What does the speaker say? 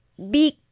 Big